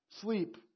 sleep